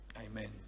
Amen